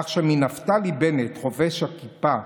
כך שמנפתלי בנט חובש הכיפה,